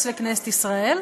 השטאזי במזרח גרמניה,